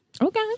Okay